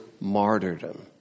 martyrdom